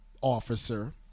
officer